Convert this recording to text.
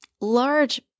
large